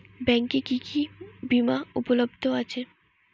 ব্যাংকে কি কি বিমা উপলব্ধ আছে?